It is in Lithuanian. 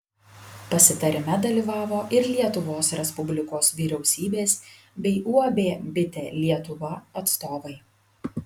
pasitarime dalyvavo ir lietuvos respublikos vyriausybės bei uab bitė lietuva atstovai